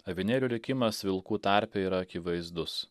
avinėlių likimas vilkų tarpe yra akivaizdus